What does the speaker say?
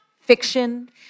fiction